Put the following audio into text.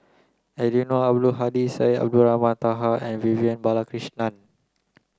Eddino Abdul Hadi Syed Abdulrahman Taha and Vivian Balakrishnan